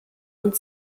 und